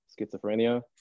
schizophrenia